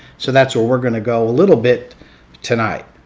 so that's where we're going to go a little bit tonight.